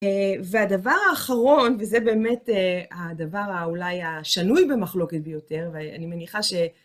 והדבר האחרון, וזה באמת הדבר אולי השנוי במחלוקת ביותר, ואני מניחה ש...